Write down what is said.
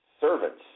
servants